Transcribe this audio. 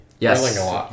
Yes